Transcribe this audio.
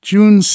June